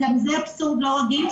גם זה פטור לא רגיל.